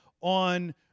on